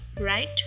right